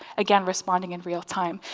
again responding in real time.